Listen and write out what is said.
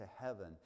heaven